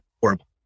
horrible